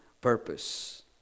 purpose